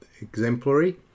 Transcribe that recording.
exemplary